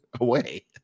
away